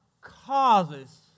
causes